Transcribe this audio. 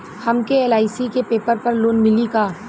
हमके एल.आई.सी के पेपर पर लोन मिली का?